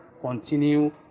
continue